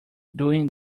doing